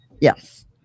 Yes